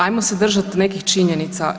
Ajmo se držat nekih činjenica.